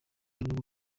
ibihugu